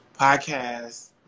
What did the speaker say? podcast